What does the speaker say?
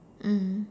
mm